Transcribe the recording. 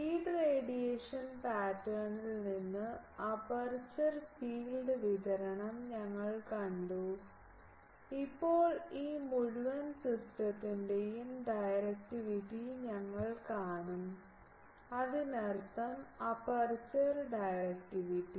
feed radiation പാറ്റേണിൽ നിന്ന് aperture field വിതരണം ഞങ്ങൾ കണ്ടു ഇപ്പോൾ ഈ മുഴുവൻ സിസ്റ്റത്തിന്റെയും ഡയറക്റ്റിവിറ്റി ഞങ്ങൾ കാണും അതിനർത്ഥം അപ്പർച്ചർ ഡയറക്റ്റിവിറ്റി